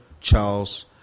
charles